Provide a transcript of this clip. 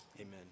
Amen